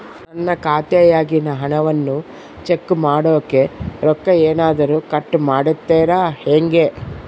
ನನ್ನ ಖಾತೆಯಾಗಿನ ಹಣವನ್ನು ಚೆಕ್ ಮಾಡೋಕೆ ರೊಕ್ಕ ಏನಾದರೂ ಕಟ್ ಮಾಡುತ್ತೇರಾ ಹೆಂಗೆ?